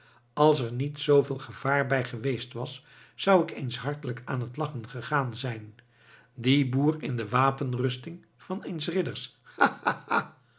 als er niet zooveel gevaar bij geweest was zou ik eens hartelijk aan het lachen gegaan zijn die boer in de wapenrusting eens